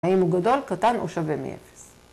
האם הוא גדול, קטן או שווה מ-0?